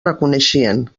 reconeixien